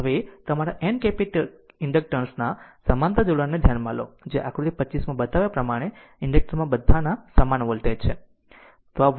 તેથી હવે તમારા એન ઇન્ડક્ટર્સ ના સમાંતર જોડાણને ધ્યાનમાં લો કે જે આકૃતિ 25 માં બતાવ્યા પ્રમાણે ઇન્ડક્ટર માં તે બધાની સમાન વોલ્ટેજ છે